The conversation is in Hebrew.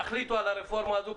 תחליטו על הרפורמה הזו,